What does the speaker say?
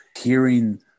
hearing